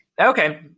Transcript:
Okay